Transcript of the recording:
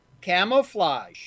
camouflage